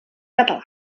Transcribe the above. català